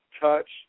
Touch